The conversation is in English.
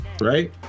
right